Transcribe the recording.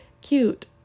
cute